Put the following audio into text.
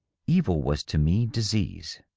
evil was to me disease,